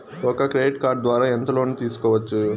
ఒక credit card ద్వారా ఎంత లోను తీసుకోవచ్చు?